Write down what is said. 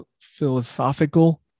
philosophical